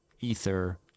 Ether